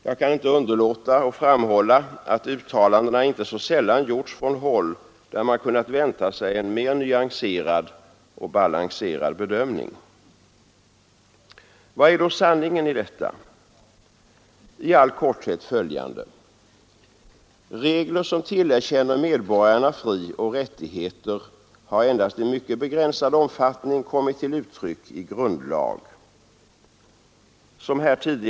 Jag kan inte underlåta att framhålla att uttalandena inte så sällan gjorts från håll där man kunnat vänta sig en mer nyanserad och balanserad bedömning. Vad är då sanningen i detta? I all korthet följande! Regler som tillerkänner medborgarna frioch rättigheter har endast i mycket begränsad omfattning kommit till uttryck i grundlag.